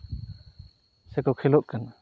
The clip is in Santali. ᱥᱮᱠᱚ ᱠᱷᱮᱞᱳᱜ ᱠᱟᱱᱟ